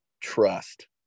trust